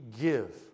give